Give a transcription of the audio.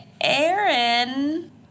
Aaron